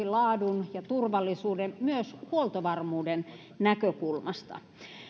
laadun ja turvallisuuden myös huoltovarmuuden näkökulmasta